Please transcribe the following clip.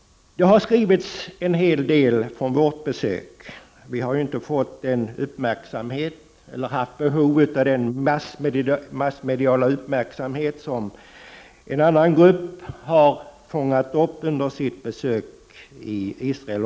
Det har skrivits en hel del från vårt besök i Israel, men vi har inte fått den uppmärksamhet och har inte heller haft behov av den massmediala uppmärksamhet som en annan grupp har fångat upp under sitt besök i Israel.